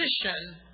position